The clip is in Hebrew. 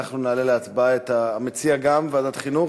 אנחנו נעלה להצבעה את, המציע, גם לוועדת החינוך?